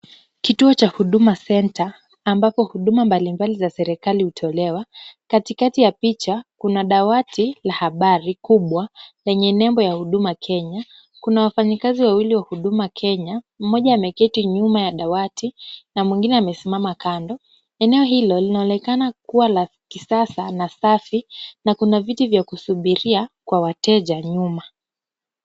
Kituo cha Huduma Centre ambapo huduma mbalimbali za serikali hutolewa, katikati ya picha kuna dawati la habari kubwa lenye nembo ya huduma kenya. Kuna wafanyakazi wawili wa huduma kenya, mmoja ameketi nyuma ya dawati na mwingine amesimama kando. Eneo hilo linaonekana kuwa la kisasa na safi na kuna viti vya kisubiria kwa wateja nyuma.